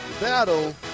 Battle